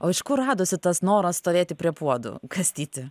o iš kur radosi tas noras stovėti prie puodų kastyti